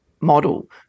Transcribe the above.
model